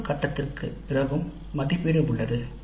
ஒவ்வொரு கட்டத்திற்கு பிறகு மதிப்பீடு உள்ளது